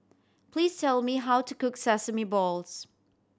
please tell me how to cook sesame balls